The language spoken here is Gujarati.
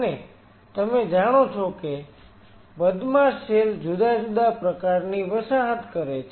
અને તમે જાણો છો કે બદમાશ સેલ જુદા જુદા પ્રકારની વસાહત કરે છે